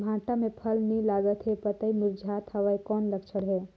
भांटा मे फल नी लागत हे पतई मुरझात हवय कौन लक्षण हे?